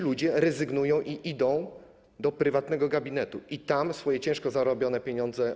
Ludzie rezygnują, idą do prywatnego gabinetu i tam oddają swoje ciężko zarobione pieniądze.